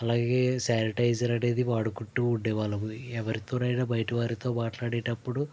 అలాగే శానిటైజర్ అనేది వాడుకుంటూ ఉండే వాళ్ళము ఎవరితోనైనా బయట వారితో మాట్లాడేటప్పుడు